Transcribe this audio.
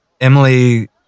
Emily